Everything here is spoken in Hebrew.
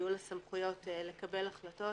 יהיו לה סמכויות לקבל החלטות.